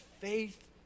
faith